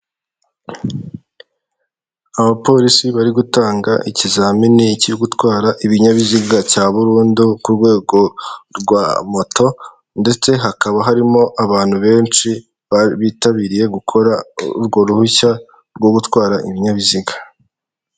Ubu ni bumwe mu buryo bwiza ibigo by'ubwishingizi bimwe na bimwe bigira aho umukozi wabo yari ari gushimira umukiriya wabo ko bakorana neza kandi amushimira icyizere yabagiriye mu kubagana bakaba bakorana neza kugeza ubu ngubu ntakibazo bafitanye; amwifuriza icyumweru cyiza cy'abakiriya aho biyemeje kujya babashimira kugira babatere kuraje.